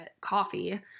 coffee